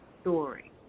story